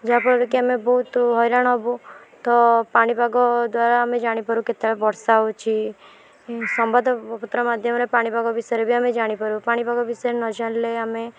ଯାହା ଫଳରେ କି ଆମେ ବହୁତ ହଇରାଣ ହେବୁ ତ ପାଣି ପାଗ ଦ୍ୱାରା ଆମେ ଜାଣି ପାରୁ କେତେବେଳେ ବର୍ଷା ହେଉଛି ସମ୍ବାଦ ପତ୍ର ମାଧ୍ୟମରେ ପାଣି ପାଗ ବିଷୟରେ ବି ଆମେ ଜାଣିପାରୁ ପାଣି ପାଗ ବିଷୟରେ ନ ଜାଣିଲେ ଆମେ